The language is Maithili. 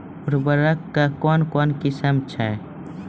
उर्वरक कऽ कून कून किस्म छै?